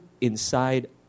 inside